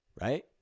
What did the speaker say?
Right